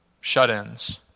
Shut-ins